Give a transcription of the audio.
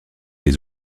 des